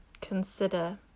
consider